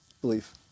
belief